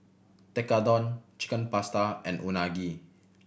Tekkadon Chicken Pasta and Unagi